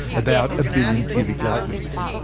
about a billion cubic light years.